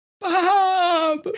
Bob